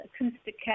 Acoustic